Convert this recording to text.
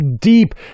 deep